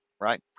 right